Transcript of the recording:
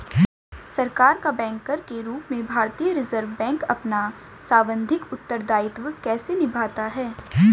सरकार का बैंकर के रूप में भारतीय रिज़र्व बैंक अपना सांविधिक उत्तरदायित्व कैसे निभाता है?